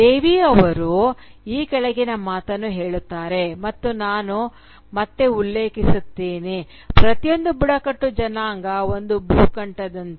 ದೇವಿ ಅವರು ಈ ಕೆಳಗಿನ ಮಾತನ್ನು ಹೇಳುತ್ತಾರೆ ಮತ್ತು ನಾನು ಮತ್ತೆ ಉಲ್ಲೇಖಿಸುತ್ತೇನೆ "ಪ್ರತಿಯೊಂದು ಬುಡಕಟ್ಟು ಜನಾಂಗ ಒಂದು ಭೂಖಂಡದಂತೆ